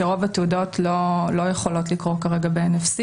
שרוב התעודות לא יכולות לקרוא כרגע ב-NFC,